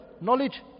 knowledge